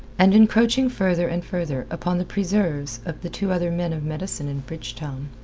and encroaching further and further upon the preserves of the two other men of medicine in bridgetown.